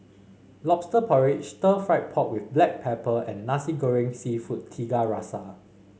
lobster porridge stir fry pork with Black Pepper and Nasi Goreng seafood Tiga Rasa